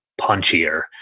punchier